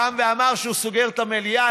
קם ואמר שהוא סוגר את המליאה.